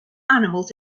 animals